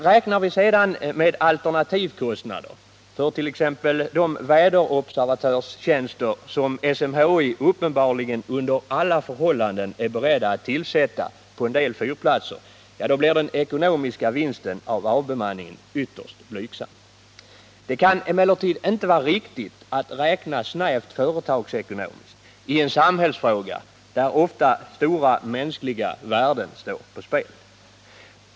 Räknar vi sedan med alternativkostnader för t.ex. de väderobservatörstjänster som SMHI uppenbarligen under alla förhållanden är berett att tillsätta på en del fyrplatser, finner vi att den ekonomiska vinsten av avbemanningen blir ytterst blygsam. Det kan emellertid inte vara riktigt att räkna snävt företagsekonomiskt i en samhällsfråga, där ofta stora mänskliga värden står på spel.